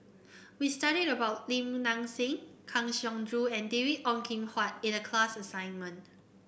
we studied about Lim Nang Seng Kang Siong Joo and David Ong Kim Huat in the class assignment